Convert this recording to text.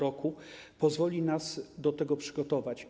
To pozwoli nas do tego przygotować.